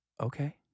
okay